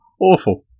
Awful